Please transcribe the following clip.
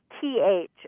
t-h